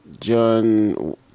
John